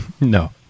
no